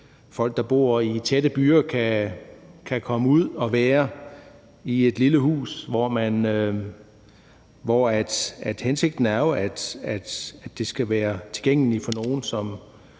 folk, der bor i tætte byer, kan komme ud og være i et lille hus. Hensigten er jo, at det skal være tilgængeligt for nogle, som